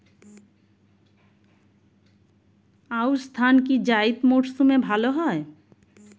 আউশ ধান কি জায়িদ মরসুমে ভালো হয়?